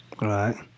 Right